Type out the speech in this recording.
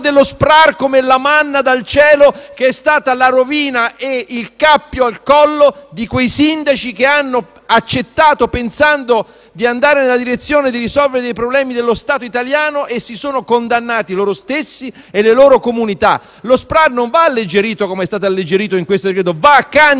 dello SPRAR come la manna dal cielo, quando è stata la rovina e il cappio al collo di quei sindaci che lo hanno accettato pensando di andare nella direzione di risolvere i problemi dello Stato italiano e hanno condannato loro stessi e le loro comunità. Lo SPRAR non va alleggerito, come è stato fatto nel decreto-legge in esame;